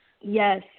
Yes